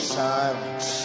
silence